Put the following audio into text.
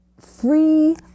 free